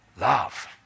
Love